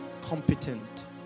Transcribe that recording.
competent